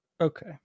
Okay